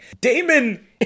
Damon